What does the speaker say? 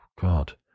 God